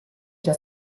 già